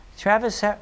Travis